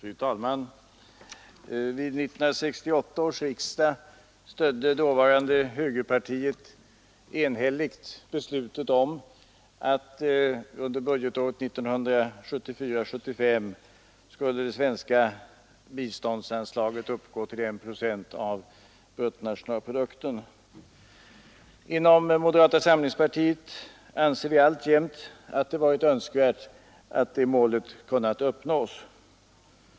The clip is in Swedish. Fru talman! Vid 1968 års riksdag stödde dåvarande högerpartiet enhälligt beslutet om att under budgetåret 1974/75 skulle det svenska biståndsanslaget uppgå till I procent av bruttonationalprodukten. Inom moderata samlingspartiet anser vi alltjämt att det hade varit önskvärt att det målet kunnat uppnås.